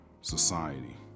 society